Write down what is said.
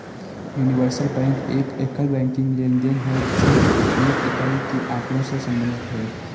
universal bank एक एकल banking लेनदेन है, जो एक इकाई के आँकड़ों से संबंधित है